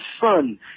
Son